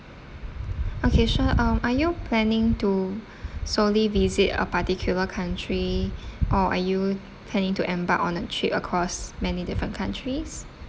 okay sure um are you planning to solely visit a particular country or are you planning to embark on a trip across many different countries